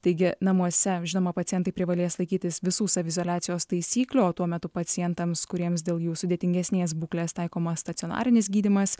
taigi namuose žinoma pacientai privalės laikytis visų saviizoliacijos taisyklių o tuo metu pacientams kuriems dėl jų sudėtingesnės būklės taikomas stacionarinis gydymas